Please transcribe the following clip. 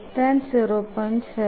70